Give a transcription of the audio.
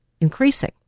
increasing